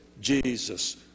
Jesus